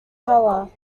color